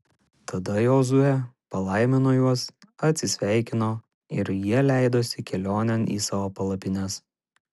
tada jozuė palaimino juos atsisveikino ir jie leidosi kelionėn į savo palapines